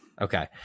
Okay